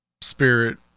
spirit